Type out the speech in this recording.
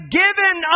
given